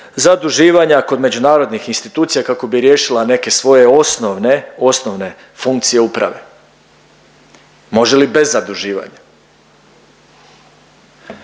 zaduživanja kod međunarodnih institucija kako bi riješila neke svoje osnovne, osnovne funkcije uprave. Može li bez zaduživanja?